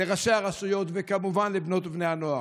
לראשי הרשויות וכמובן לבנות ובני הנוער: